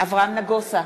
אברהם נגוסה,